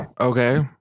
Okay